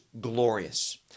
glorious